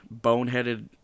boneheaded